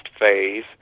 phase